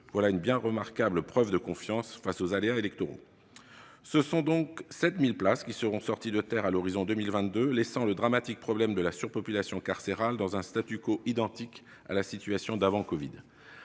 Voilà une remarquable preuve de confiance face aux aléas électoraux. Ce sont donc 7 000 places qui seront sorties de terre à l'horizon 2022, laissant le dramatique problème de la surpopulation carcérale dans un identique à la situation d'avant le